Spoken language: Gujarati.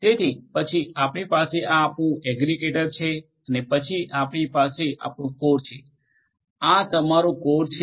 તેથી પછી આપણી પાસે આ આપણું એગ્રિગેટર છે અને પછી આપણી પાસે આપણું કોર છે આ તમારું કોર છે